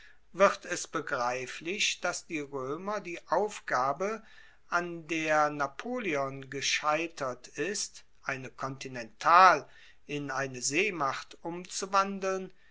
wird es begreiflich dass die roemer die aufgabe an der napoleon gescheitert ist eine kontinental in eine seemacht umzuwandeln